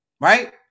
right